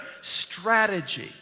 strategy